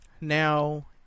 Now